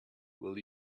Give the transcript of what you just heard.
will